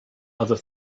other